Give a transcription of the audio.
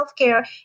healthcare